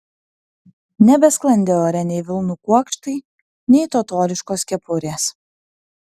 nebesklandė ore nei vilnų kuokštai nei totoriškos kepurės